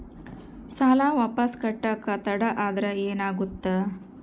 ಸಾಲ ವಾಪಸ್ ಕಟ್ಟಕ ತಡ ಆದ್ರ ಏನಾಗುತ್ತ?